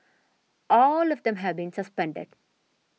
all of them have been suspended